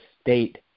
state